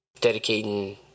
dedicating